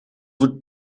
would